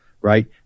right